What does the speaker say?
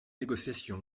négociations